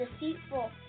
deceitful